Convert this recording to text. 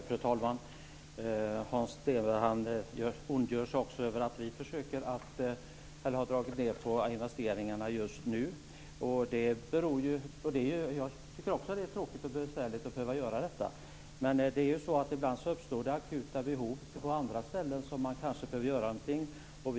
Fru talman! Hans Stenberg ondgör sig också över att vi har dragit ned på investeringarna just nu. Jag tycker också att det är tråkigt och besvärligt att behöva göra det. Men ibland uppstår det akuta behov på andra ställen som man kanske behöver göra någonting åt.